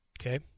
Okay